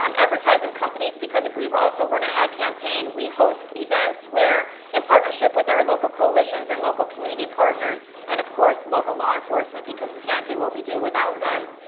um advertising companies because if we were running an ad campaign, we host events where in partnership with our local coalitions and local community partners and, of course, local law enforcement because we can't do what we do without them.